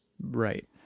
Right